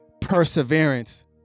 Perseverance